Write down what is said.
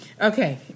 Okay